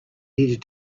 needed